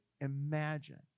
imagine